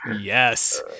yes